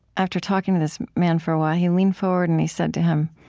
after talking to this man for a while, he leaned forward, and he said to him,